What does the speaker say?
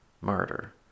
Murder